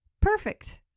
perfect